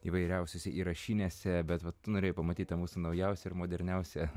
įvairiausiose įrašinėse bet va tu norėjai pamatyt tą mūsų naujausią ir moderniausią